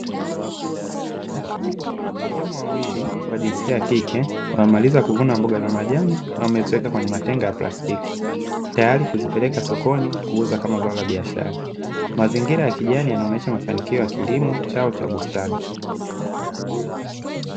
Wakulima wawili wa jinsia ya kike, wamemaliza kuvuna mboga za majani na wameziweka kwenye matenga ya plastiki tayari kuzipeleka sokoni kuuza kama zao la biashara. Mazingira ya kijani yanaonyesha mafanikio ya kilimo chao cha bustani.